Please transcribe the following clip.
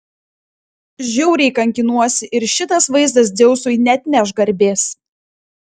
žiauriai kankinuosi ir šitas vaizdas dzeusui neatneš garbės